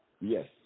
Yes